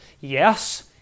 Yes